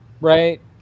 Right